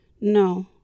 no